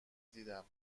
دیدم